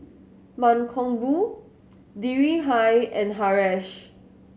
Mankombu Dhirubhai and Haresh